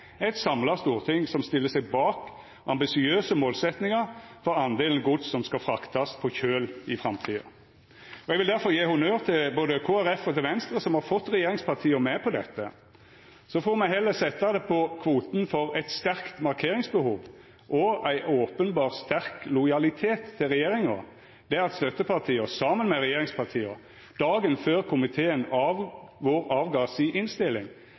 er eit samla storting som stiller seg bak ambisiøse målsetjingar for delen av gods som skal fraktast på kjøl i framtida. Eg vil difor gje honnør til både Kristeleg Folkeparti og Venstre som har fått regjeringspartia med på dette. Så får me heller setja det på kvoten for eit sterkt markeringsbehov og ein openbert sterk lojalitet til regjeringa at støttepartia saman med regjeringspartia dagen før komiteen la fram innstillinga si,